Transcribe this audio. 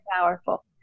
powerful